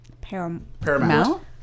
Paramount